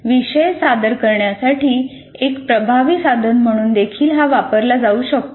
विषय सादर करण्यासाठी एक प्रभावी साधन म्हणून देखील हा वापरला जाऊ शकतो